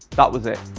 that was it.